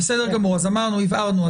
בסדר גמור, הבהרנו.